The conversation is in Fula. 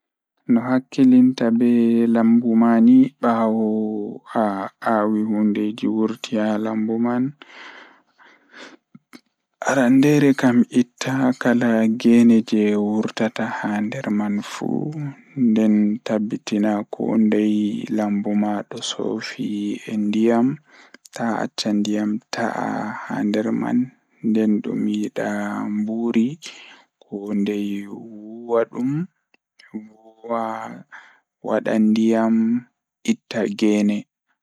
Jokkondir leydi garden ngal e sabu waɗtude ndiyam e hokkondir ko joom nde waawataa sabu ñaawoore. Njidi gasi, giɓɓe e maaɗaare ngal. Foti waawaa waɗude seed walla nde njidi leydi ngam eɗen. Waawataa haɓɓude baafal e sabu njiddude e ndiyam kadi waɗtude forere ndee nguurndam ngal